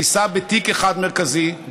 תיסע בתיק אחד מרכזי,